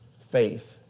faith